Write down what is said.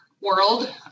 World